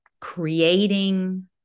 creating